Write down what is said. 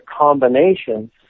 combinations